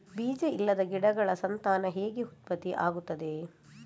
ಬೀಜ ಇಲ್ಲದ ಗಿಡಗಳ ಸಂತಾನ ಹೇಗೆ ಉತ್ಪತ್ತಿ ಆಗುತ್ತದೆ?